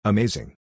Amazing